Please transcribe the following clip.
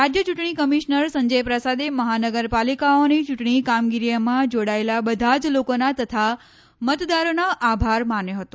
રાજ્ય ચૂંટણી કમીશનર સંજય પ્રસાદે મહાનગરપાલિકાઓની ચૂંટણી કામગીરીમાં જોડાયેલા બધા જ લોકોના તથા મતદારોનો આભાર માન્યો હતો